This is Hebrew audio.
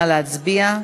נא להצביע.